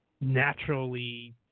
naturally